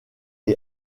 est